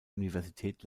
universität